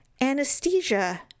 anesthesia